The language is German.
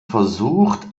versucht